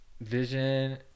vision